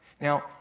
Now